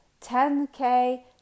10k